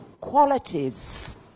qualities